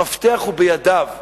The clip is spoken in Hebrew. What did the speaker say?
המפתח הוא בידיו.